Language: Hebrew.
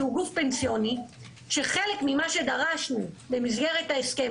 שהוא גוף פנסיוני שחלק ממה שדרשנו במסגרת ההסכם